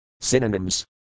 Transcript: Synonyms